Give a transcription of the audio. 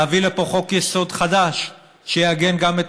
להביא לפה חוק-יסוד חדש שיעגן גם את